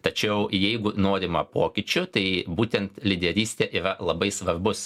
tačiau jeigu norima pokyčių tai būtent lyderystė yra labai svarbus